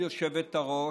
כבוד היושבת-ראש,